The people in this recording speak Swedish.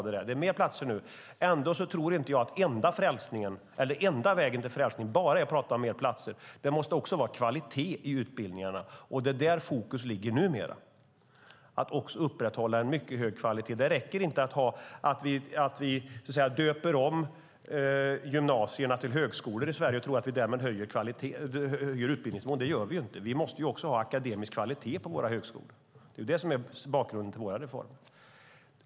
Det är fler platser nu, men jag tror inte att den enda vägen till frälsning är att tala om fler platser. Det måste också finnas kvalitet i utbildningarna. Där ligger fokus numera, att upprätthålla en mycket hög kvalitet. Det räcker inte att vi döper om gymnasierna i Sverige till högskolor och tror att vi därmed höjer utbildningsmålen. Det gör vi inte. Vi måste ha akademisk kvalitet på våra högskolor. Det är bakgrunden till våra reformer.